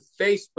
Facebook